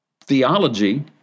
theology